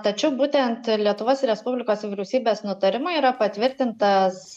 tačiau būtent lietuvos respublikos vyriausybės nutarimu yra patvirtintas